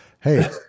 Hey